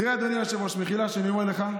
תראה, אדוני היושב-ראש, מחילה שאני אומר לך: